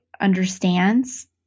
understands